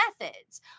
methods